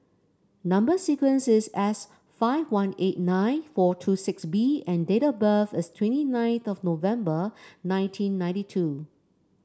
number sequence is S five one eight nine four two six B and date of birth is twenty ninth of November nineteen ninety two